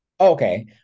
okay